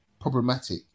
problematic